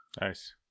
nice